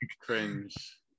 Cringe